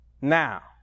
now